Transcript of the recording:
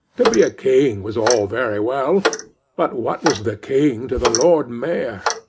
to be a king was all very well but what was the king to the lord mayor!